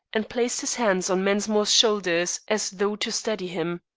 and placed his hands on mensmore's shoulders as though to steady him.